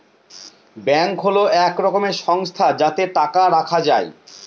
bank হল এক রকমের সংস্থা যাতে টাকা রাখা যায়